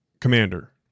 Commander